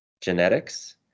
genetics